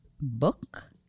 Book